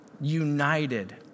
united